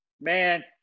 Man